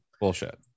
Bullshit